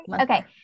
Okay